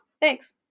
thanks